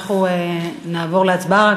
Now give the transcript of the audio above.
אנחנו נעבור להצבעה.